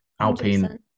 Alpine